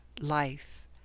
life